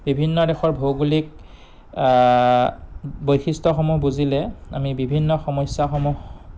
বিভিন্ন দেশৰ ভৌগোলিক বৈশিষ্ট্যসমূহ বুজিলে আমি বিভিন্ন সমস্যাসমূহ